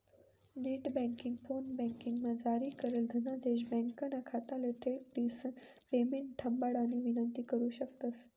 net banking, फोनबँकिंगमा जारी करेल धनादेश ब्यांकना खाताले भेट दिसन पेमेंट थांबाडानी विनंती करु शकतंस